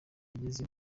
yageze